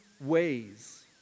ways